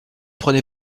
prenais